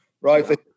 right